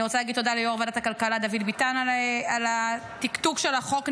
אני רוצה להגיד תודה ליו"ר ועדת הכלכלה דוד ביטן על התקתוק של החוק,